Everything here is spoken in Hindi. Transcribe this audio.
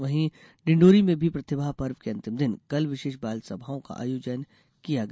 वहीं डिंडोरी में भी प्रतिभापर्व के अंतिम दिन कल विशेष बालसभाओं का आयोजन किया गया